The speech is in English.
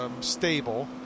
stable